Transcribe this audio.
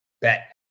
Bet